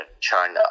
China